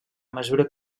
mesura